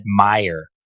admire